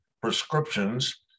prescriptions